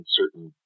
certain